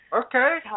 okay